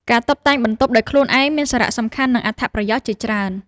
ការតុបតែងបន្ទប់ដោយខ្លួនឯងមានសារៈសំខាន់ និងអត្ថប្រយោជន៍ជាច្រើន។